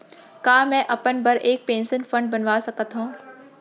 का मैं अपन बर एक पेंशन फण्ड बनवा सकत हो?